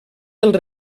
dels